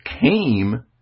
came